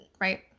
right